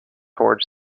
towards